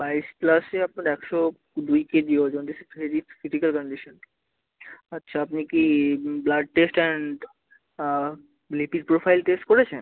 বাইশ প্লাসে আপনার একশো দুই কেজি ওজন ভেরি ক্রিটিক্যাল কন্ডিশান আচ্ছা আপনি কি blood test and lipid profile test করেছেন